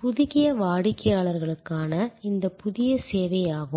புதிய வாடிக்கையாளர்களுக்கான இந்த புதிய சேவையாகும்